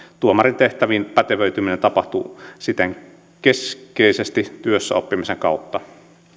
tuomarin tehtäviin pätevöityminen tapahtuu siten keskeisesti työssäoppimisen kautta